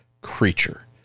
creature